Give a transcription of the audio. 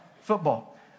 football